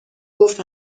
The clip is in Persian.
گفت